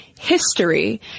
history